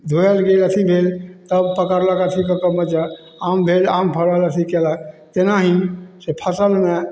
धोअल गेल अथी भेल तब पकड़लक अधिक कऽ कऽ मज्जर आम भेल आम फड़ल अथी केलक तेनाहि से फसिलमे